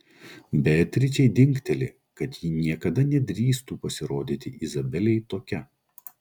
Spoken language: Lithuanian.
beatričei dingteli kad ji niekada nedrįstų pasirodyti izabelei tokia